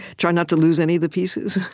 try not to lose any of the pieces